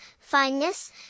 fineness